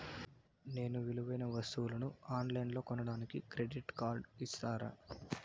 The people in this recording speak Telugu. నేను విలువైన వస్తువులను ఆన్ లైన్లో కొనడానికి క్రెడిట్ కార్డు ఇస్తారా?